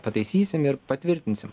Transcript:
pataisysim ir patvirtinsim